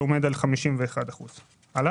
שבהן המספר עומד על 51%. גם